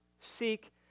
Seek